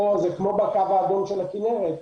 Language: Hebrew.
זה כמו בקו האדום של הכינרת.